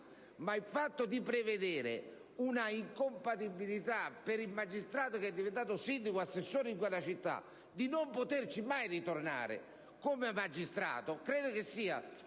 ma il fatto di prevedere una incompatibilità per il magistrato che è diventato sindaco o assessore in quella città, tale da escludere di poterci mai tornare come magistrato, credo sia